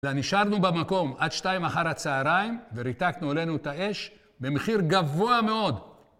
ונשארנו במקום עד שתיים אחר הצהריים וריתקנו עלינו את האש במחיר גבוה מאוד.